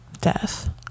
death